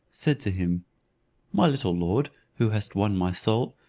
said to him my little lord, who hast won my soul,